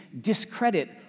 discredit